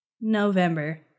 November